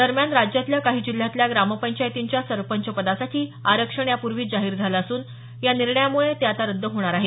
दरम्यान राज्यातल्या काही जिल्ह्यातल्या ग्रामपंचायतींच्या सरपंचपदासाठी आरक्षण यापूर्वीच जाहीर झालं असून या निर्णयामुळे ते आता रद्द होणार आहे